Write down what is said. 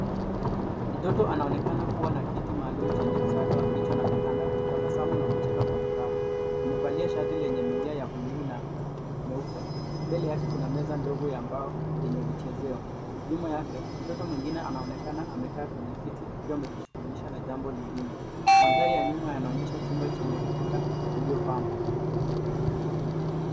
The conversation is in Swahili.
Mtoto anaonekana kuwa na kiti maalum chenye msaada wa kichwa na mikanda akitabasamu na kucheka kwa furaha. Amevalia shati lenye milia ya bluu na nyeupe. Mbele yake kuna meza ndogo ya mbao yenye vichezeo. Nyuma yake mtoto mwingine anaonekana amekaa kwenye kiti akiwa amejishughulisha na jambo lingine. Mandhari ya nyuma yanaonyesha chumba chenye ukuta uliopambwa.